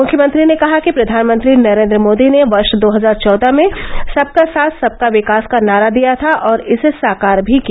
मुख्यमंत्री ने कहा कि प्रधानमंत्री नरेंद्र मोदी ने वर्ष दो हजार चौदह में सबका साथ सबका विकास का नारा दिया था और इसे साकार भी किया